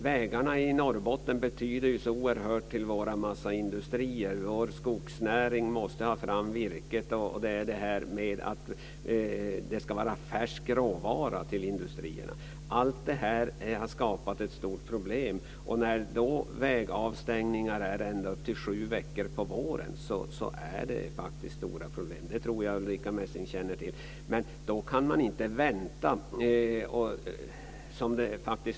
Vägarna i Norrbotten betyder oerhört mycket för massaindustrierna och för skogsnäringen som måste få fram virke. Det ska också vara färsk råvara till industrierna. Detta har skapat ett stort problem. När det är vägavstängningar på våren i sju veckor innebär det stora svårigheter, det tror jag att Ulrica Messing känner till. Men då kan man inte vänta.